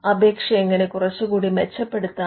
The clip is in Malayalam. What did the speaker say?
അപേക്ഷ എങ്ങനെ കുറച്ച് കൂടി മെച്ചപ്പെടുത്താം